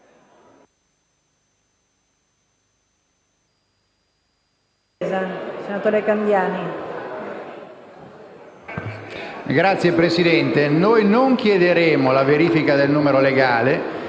Signora Presidente, non chiederemo la verifica del numero legale,